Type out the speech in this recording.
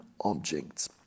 objects